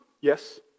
yes